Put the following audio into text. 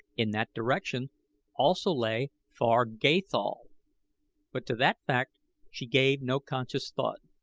in that direction also lay far gathol but to that fact she gave no conscious thought.